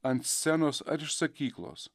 ant scenos ar iš sakyklos